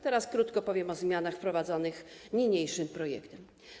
Teraz krótko powiem o zmianach wprowadzanych niniejszym projektem.